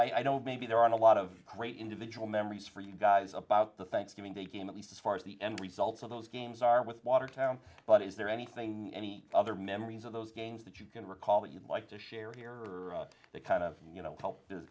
know i don't maybe there aren't a lot of great individual memories for you guys about the thanksgiving break in at least as far as the end result of those games are with watertown three but is there anything any other memories of those games that you can recall that you'd like to share here or are they kind of you know help